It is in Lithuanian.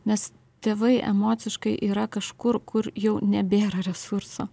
nes tėvai emociškai yra kažkur kur jau nebėra resursų